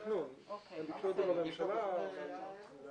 זה קרה בתקופת הקורונה, או שזה קרה עוד לפני?